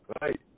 Right